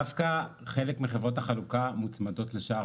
דווקא חלק מחברות החלוקה מוצמדות לשער